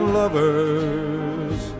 lovers